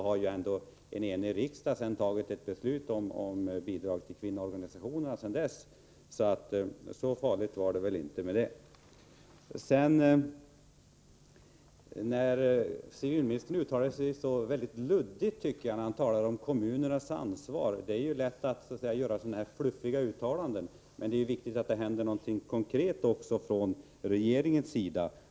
Men en enig riksdag har ju fattat beslut om bidrag till kvinnoorganisationerna sedan dess — värre än så är det inte. Jag tycker att Bo Holmberg uttalade sig väldigt luddigt i fråga om kommunernas ansvar. Det är lätt att så att säga göra fluffiga uttalanden. Men det är viktigt att någonting konkret sker från regeringens sida.